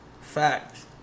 Facts